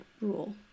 rule